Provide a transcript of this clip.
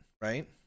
right